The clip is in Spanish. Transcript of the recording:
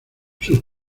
sus